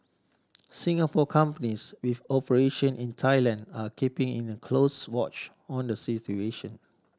Singapore companies with operation in Thailand are keeping in a close watch on the situation